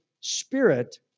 spirit